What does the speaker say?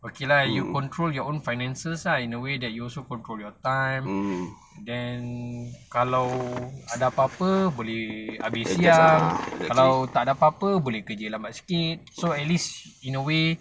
okay lah you control your own finances lah in a way that you can control your time then kalau ada apa-apa boleh habis siang kalau takde apa-apa boleh kerja lambat sikit so at least in a way